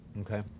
Okay